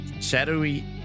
shadowy